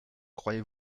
croyez